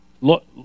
look